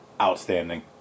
outstanding